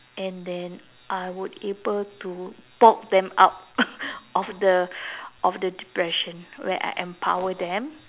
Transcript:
and then I would able to poke them out of the of the depression where I empower them